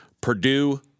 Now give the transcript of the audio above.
Purdue